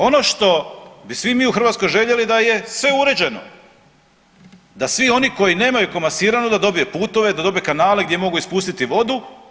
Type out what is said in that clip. Ono što bi mi svi u Hrvatskoj željeli da je sve uređeno, da svi oni koji nemaju komasirano da dobije puteve, da dobije kanale gdje mogu ispustiti vodu.